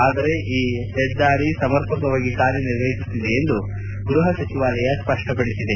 ಆದರೆ ಈ ಹೆದ್ದಾರಿ ಸಮರ್ಪಕವಾಗಿ ಕಾರ್ಯನಿರ್ವಹಿಸುತ್ತಿದೆ ಎಂದು ಗೃಹ ಸಚಿವಾಲಯ ಸ್ಪಷ್ಟಪಡಿಸಿದೆ